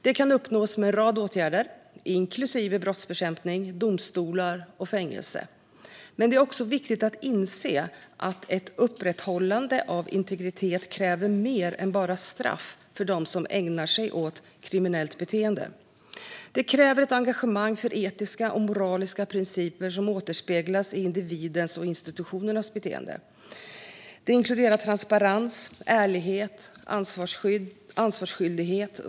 Det kan uppnås genom en rad åtgärder, inklusive brottsbekämpning, domstolar och fängelse. Men det är också viktigt att inse att ett upprätthållande av integritet kräver mer än bara straff för dem som ägnar sig åt kriminellt beteende. Det kräver ett engagemang för etiska och moraliska principer som återspeglas i individens och institutioners beteende. Det inkluderar transparens, ärlighet och ansvarsskyldighet.